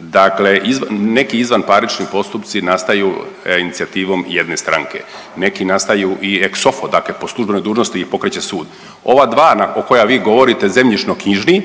Dakle neki izvanparnični postupci nastaju inicijativom jedne stranke, neki nastaju i exsofo dakle po službenoj dužnosti i pokreće sud. Ova dva o koja vi govorite zemljišnoknjižni